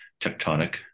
tectonic